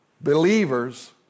Believers